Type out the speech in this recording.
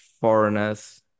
foreigners